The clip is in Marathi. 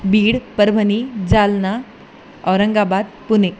बीड परभणी जालना औरंगाबाद पुणे